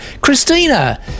Christina